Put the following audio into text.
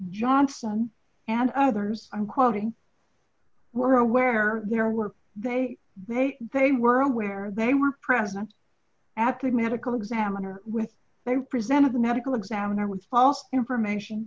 johnson and others i'm quoting were aware there were they they they were aware they were present at the medical examiner with they represented the medical examiner with false information